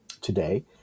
today